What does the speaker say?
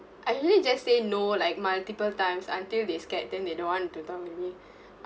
I really just say no like multiple times until they scared then they don't want to talk to me